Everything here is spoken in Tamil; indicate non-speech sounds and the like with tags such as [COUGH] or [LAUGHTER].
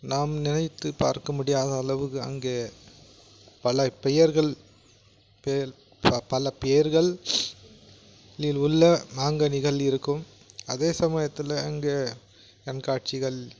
நாம் நினைத்து பார்க்க முடியாத அளவுக்கு அங்கே பல பெயர்கள் பேல் பல பேர்கள் [UNINTELLIGIBLE] உள்ள மாங்கனிகள் இருக்கும் அதே சமயத்தில் அங்கே கண்காட்சிகள்